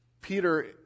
Peter